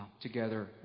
together